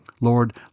Lord